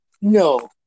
No